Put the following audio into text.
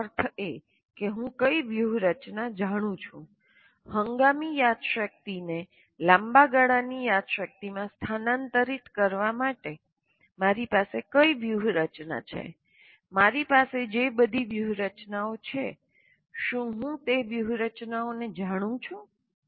તેનો અર્થ એ કે હું કઈ વ્યૂહરચના જાણું છું હંગામી યાદશક્તિને લાંબા ગાળાની યાદશક્તિમાં સ્થાનાંતરિત કરવા માટે મારી પાસે કઇ વ્યૂહરચના છે મારી પાસે જે બધી વ્યૂહરચનાઓ છે શું હું તે વ્યૂહરચનાઓને જાણું છું